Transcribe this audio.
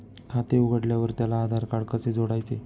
खाते उघडल्यावर त्याला आधारकार्ड कसे जोडायचे?